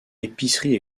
épiceries